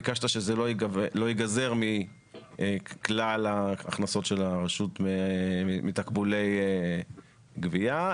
ביקשת שזה לא ייגזר מכלל ההכנסות של הרשות מתקבולי גבייה,